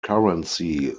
currency